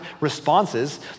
responses